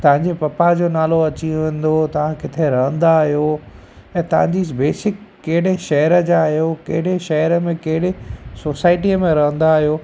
तव्हांजे पप्पा जो नालो अची वेंदो तव्हां किथे रहंदा आहियो ऐं तव्हांजी बेसिक केॾे शहर जा आहियो केॾे शहर में केॾे सोसाइटीअ में रहंदा आहियो